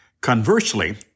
Conversely